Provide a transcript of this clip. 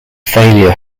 failure